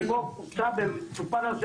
ובו דובר על הרחקת